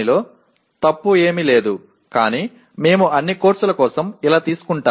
அதில் எந்தத் தவறும் இல்லை ஆனால் எல்லா பாடங்களுக்கும் இது போன்று செய்கிறோம்